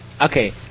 Okay